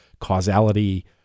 causality